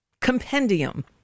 compendium